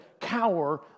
cower